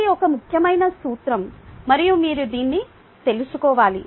ఇది ఒక ముఖ్యమైన సూత్రం మరియు మీరు దీన్ని తెలుసుకోవాలి